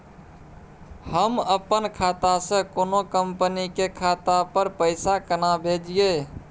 हम अपन खाता से कोनो कंपनी के खाता पर पैसा केना भेजिए?